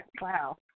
wow